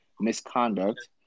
misconduct